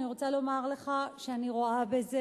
אני רוצה לומר לך שאני רואה בזה,